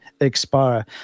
expire